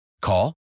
Call